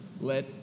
let